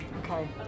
Okay